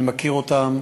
אני מכיר אותם,